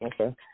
okay